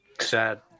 sad